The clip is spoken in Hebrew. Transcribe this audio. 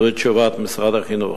זוהי תשובת משרד החינוך.